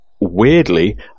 weirdly